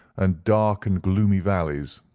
and dark and gloomy valleys.